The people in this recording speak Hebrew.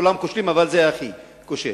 כולם כושלים, אבל זה הכי כושל.